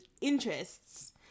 interests